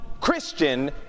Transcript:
Christian